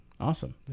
Awesome